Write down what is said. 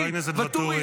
חבר הכנסת ואטורי.